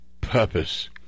purpose